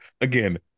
again